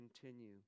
continue